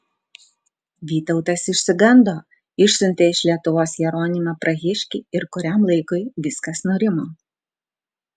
vytautas išsigando išsiuntė iš lietuvos jeronimą prahiškį ir kuriam laikui viskas nurimo